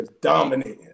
Dominating